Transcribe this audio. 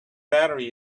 battery